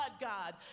God